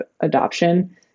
adoption